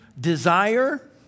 desire